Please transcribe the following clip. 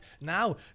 Now